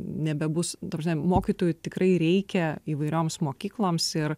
nebebus ta prasme mokytojų tikrai reikia įvairioms mokykloms ir